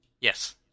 Yes